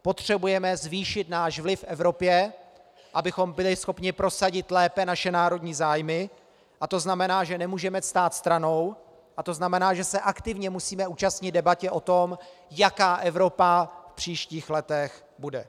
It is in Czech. Potřebujeme zvýšit náš vliv v Evropě, abychom byli schopni lépe prosadit naše národní zájmy, a to znamená, že nemůžeme stát stranou, a to znamená, že se aktivně musíme zúčastnit debaty o tom, jaká Evropa v příštích letech bude.